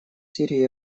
сирии